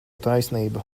taisnība